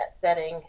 setting